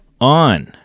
on